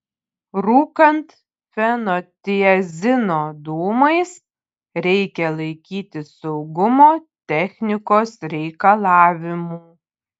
rūkant fenotiazino dūmais reikia laikytis saugumo technikos reikalavimų